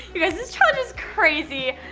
you guys, this challenge is crazy.